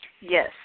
Yes